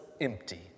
empty